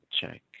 check